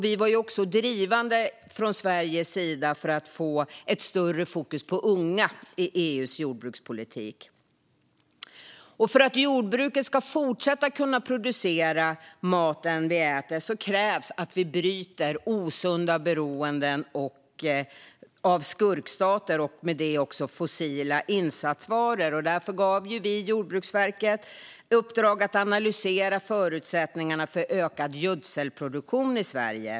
Vi var också drivande från Sveriges sida för att få ett större fokus på unga i EU:s jordbrukspolitik. För att jordbruket fortsatt ska kunna producera maten vi äter krävs att vi bryter osunda beroenden av skurkstater och med det också fossila insatsvaror. Därför gav vi Jordbruksverket i uppdrag att analysera förutsättningarna för ökad gödselproduktion i Sverige.